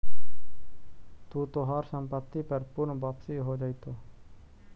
तू तोहार संपत्ति पर पूर्ण वापसी हो जाएतो